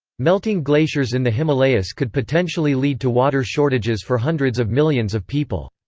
melting glaciers in the himalayas could potentially lead to water shortages for hundreds of millions of people.